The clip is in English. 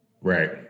Right